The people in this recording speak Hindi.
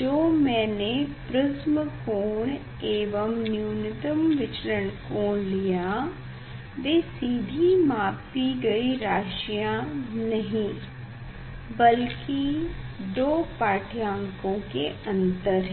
जो मैने प्रिस्म कोण एवं न्यूनतम विचलन कोण लिया वे सीधी मापी गयी राशि नहीं बल्कि दो पाढ़्यांकों के अंतर हैं